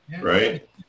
Right